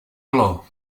dolor